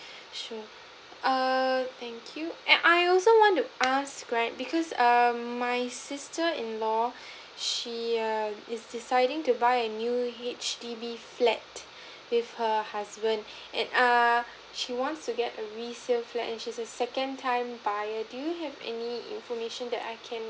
sure err thank you and I also want to ask right because um my sister in law she err is deciding to buy a new H_D_B flat with her husband and err she wants to get a resale flat and she's a second time buyer do you have any information that I can